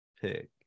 pick